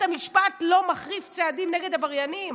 המשפט לא מחריף צעדים נגד עבריינים,